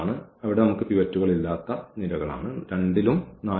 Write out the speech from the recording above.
അതിനാൽ ഇവിടെ നമുക്ക് പിവറ്റുകൾ ഇല്ലാത്ത നിരകളാണിത് രണ്ടും നാലും